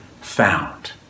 found